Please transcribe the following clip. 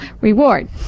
reward